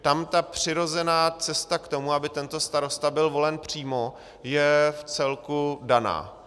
Tam ta přirozená cesta k tomu, aby tento starosta byl volen přímo, je vcelku daná.